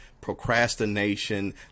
procrastination